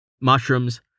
Mushrooms